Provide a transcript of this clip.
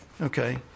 Okay